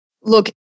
Look